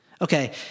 Okay